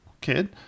kid